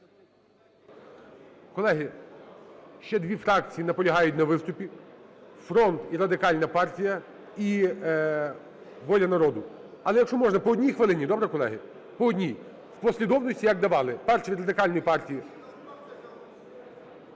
Колеги, ще дві фракції наполягають на виступі: "Фронт", і Радикальна партія, і "Воля народу". Але, якщо можна, по 1 хвилині, добре, колеги? По одній! У послідовності, як давали. Перший – від Радикальної партії…